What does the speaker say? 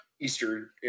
Easter